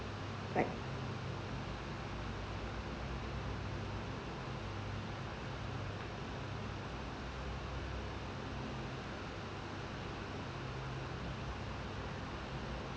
like